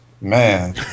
Man